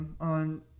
on